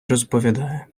розповідає